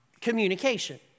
communication